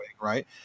Right